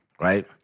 right